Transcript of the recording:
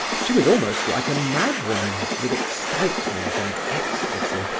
she was almost like a madwoman, with excitement and ecstasy,